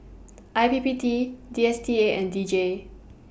I P P T D S T A and D J